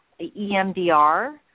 EMDR